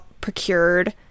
procured